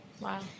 Wow